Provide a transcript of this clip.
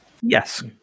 Yes